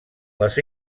les